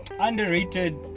Underrated